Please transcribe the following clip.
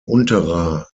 unterer